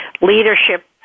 leadership